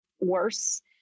worse